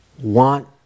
want